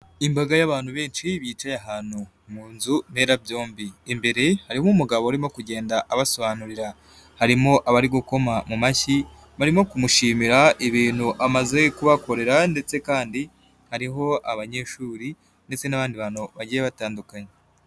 Imbaga y'abantu benshi bicaye ahantu mu nzu mberabyombi, imbere harimo umugabo arimo kugenda abasobanurira, harimo abari gukoma mu mashyi barimo kumushimira ibintu amaze kubakorera ndetse kandi hariho abanyeshuri ndetse n'abandi bantu bagiye batandukanye.